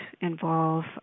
involve